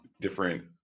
Different